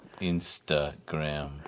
Instagram